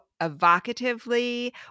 evocatively